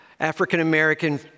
African-American